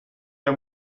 der